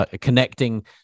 connecting